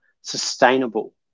sustainable